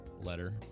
letter